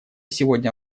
сегодня